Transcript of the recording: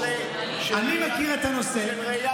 אני מכיר את הנושא של ראיית חשבון.